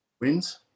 wins